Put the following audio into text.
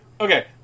okay